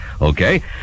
Okay